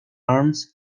arms